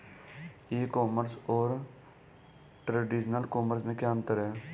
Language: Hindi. ई कॉमर्स और ट्रेडिशनल कॉमर्स में क्या अंतर है?